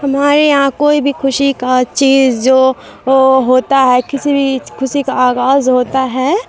ہمارے یہاں کوئی بھی خوشی کا چیز جو ہوتا ہے کسی بھی خوشی کا آغاز ہوتا ہے